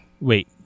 Wait